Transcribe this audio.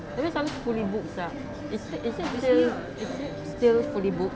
every time fully booked sia is it is it still is it still fully booked